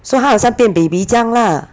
so 她好像变 baby 这样 lah